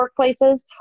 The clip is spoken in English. workplaces